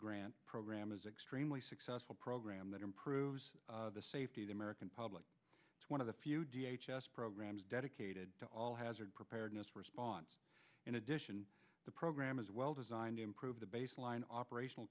grant program is extremely successful program that improves the safety of the american public is one of the few programs dedicated to all hazard preparedness response in addition the program as well designed to improve the baseline operational